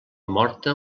morta